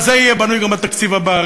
על זה יהיה בנוי גם התקציב הבא.